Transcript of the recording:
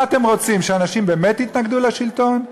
מה אתם רוצים, שאנשים באמת יתנגדו לשלטון?